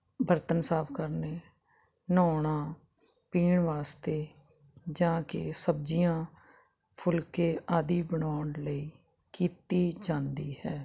ਬਰਤਨ ਸਾਫ ਕਰਨੇ ਨਹੋਣਾ ਪੀਣ ਵਾਸਤੇ ਜਾ ਕੇ ਸਬਜੀਆਂ ਫੁਲਕੇ ਆਦੀ ਬਣਾਉਣ ਲਈ ਕੀਤੀ ਜਾਂਦੀ ਹੈ